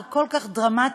בית-הדין על הענישה כלפי סרבן